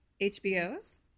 HBO's